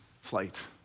flight